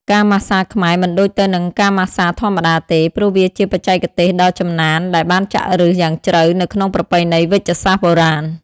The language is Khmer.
ការម៉ាស្សាខ្មែរមិនដូចទៅនឹងការម៉ាស្សាធម្មតាទេ ព្រោះវាជាបច្ចេកទេសដ៏ចំណានដែលបានចាក់ឫសយ៉ាងជ្រៅនៅក្នុងប្រពៃណីវេជ្ជសាស្ត្របុរាណ។